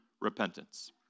repentance